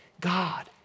God